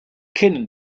kennen